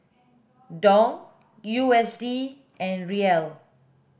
Dong U S D and Riel